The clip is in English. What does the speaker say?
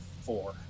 four